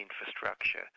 infrastructure